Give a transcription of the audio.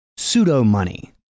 Pseudo-money